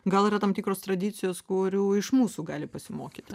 gal yra tam tikros tradicijos kurių iš mūsų gali pasimokyti